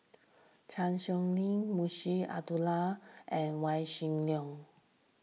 Chan Sow Lin Munshi Abdullah and Yaw Shin Leong